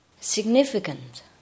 significant